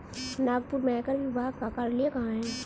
नागपुर में आयकर विभाग का कार्यालय कहाँ है?